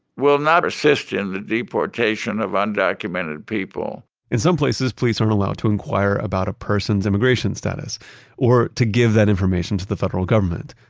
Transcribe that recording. will not assist in the deportation of undocumented people in some places, police aren't allowed to inquire about a person's immigration status or to give information to the federal government.